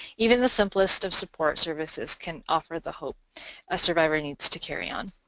even the simplest of support services can offer the hope a survivor needs to carry on.